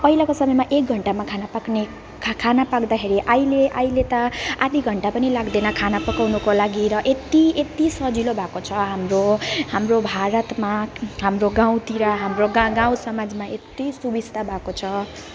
पहिलाको समयमा एक घन्टामा खाना पाक्ने खाना पाक्दाखेरि अहिले अहिले त आधी घन्टा पनि लाग्दैन खाना पकाउनको लागि र यत्ति यत्ति सजिलो भएको छ हाम्रो हाम्रो भारतमा हाम्रो गाउँतिर हाम्रो गा गाउँसमाजमा यत्ति सुविस्ता भएको छ